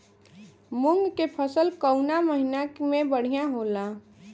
मुँग के फसल कउना महिना में बढ़ियां होला?